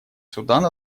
судан